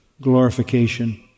glorification